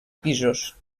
pisos